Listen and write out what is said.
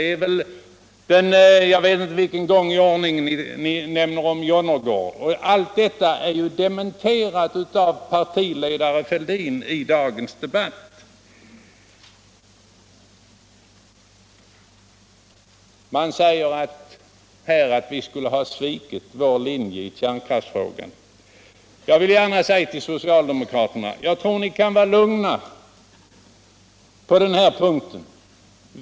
i kärnkraftsfrågan, och jag vet inte vilken gång i ordningen ni nämner herr Jonnergård. 'Men allt detta har ju dementerats av vår partiledare herr Fälldin I dagens debatt. Jag vill säga. till socialdemokraterna att jag tror de kan vara lugna på den här punkten.